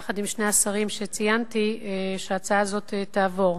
יחד עם שני השרים שציינתי, שההצעה הזאת תעבור.